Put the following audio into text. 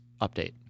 update